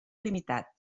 limitat